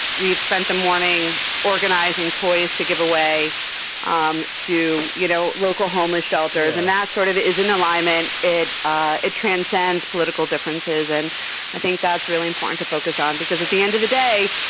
we have spent the morning organizing toys to give away um to, you know, local homeless shelters. and that sort of is in alignment. it ah it transcends political differences. and i think that's really important to focus on because, at the end of the day,